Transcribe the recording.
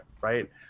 right